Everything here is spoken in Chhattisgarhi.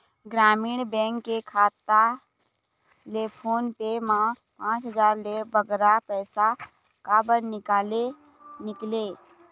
ग्रामीण बैंक के खाता ले फोन पे मा पांच हजार ले बगरा पैसा काबर निकाले निकले?